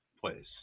place